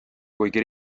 kuigi